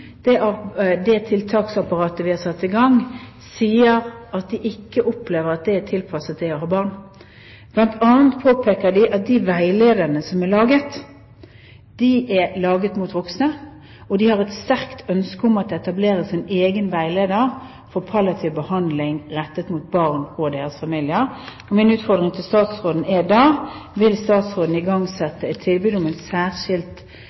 det tiltaksapparatet vi har satt i gang, sier at de ikke opplever at det er tilpasset det å ha barn. Blant annet påpeker de at de veilederne som er laget, er laget for voksne, og de har et sterkt ønske om at det etableres en egen veileder for palliativ behandling rettet mot barn og deres familier. Min utfordring til statsråden er da: Vil statsråden i denne sammenheng igangsette et tilbud om en særskilt